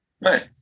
Right